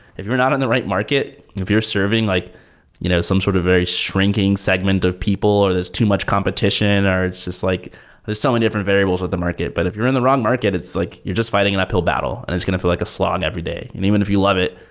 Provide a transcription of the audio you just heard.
if you're not in the right market, if you're serving like you know some sort of very shrinking segment of people or there's too much competition or it's just like there's so many different variables with the market. but if you're in the wrong market, it's like you're just fighting an uphill battle and it's going to feel like a slog every day. and even if you love it,